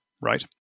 right